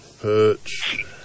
perch